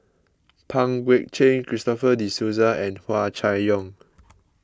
Pang Guek Cheng Christopher De Souza and Hua Chai Yong